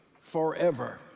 forever